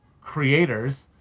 creators